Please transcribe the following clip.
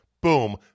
Boom